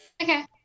Okay